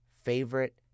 favorite